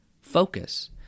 focus